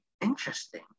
interesting